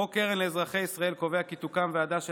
חוק קרן לאזרחי ישראל קובע כי תוקם ועדה של